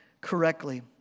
correctly